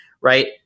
right